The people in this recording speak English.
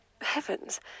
Heavens